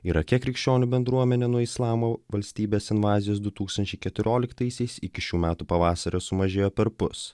irake krikščionių bendruomenė nuo islamo valstybės invazijos du tūkstančiai keturioliktaisiais iki šių metų pavasario sumažėjo perpus